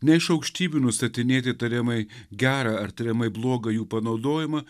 ne iš aukštybių nustatinėti tariamai gerą ar tariamai blogą jų panaudojimą